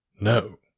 No